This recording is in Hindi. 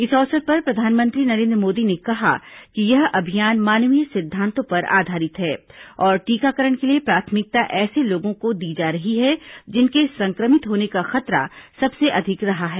इस अवसर पर प्रधानमंत्री नरेन्द्र मोदी ने कहा कि यह अभियान मानवीय सिद्धांतों पर आधारित है और टीकाकरण के लिए प्राथमिकता ऐसे लोगों को दी जा रही है जिनके संक्रमित होने का खतरा सबसे अधिक रहा है